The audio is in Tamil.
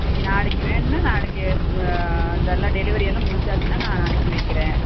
நீங்கள் நாளைக்கு வேணும்னா நாளைக்கு அதெல்லா டெலிவரியெல்லாம் முடிச்சாச்சுனா நான் அனுப்பி வைக்கிறேன்